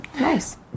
Nice